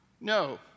No